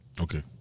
Okay